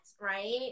right